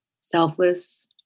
selfless